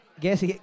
Guess